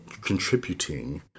contributing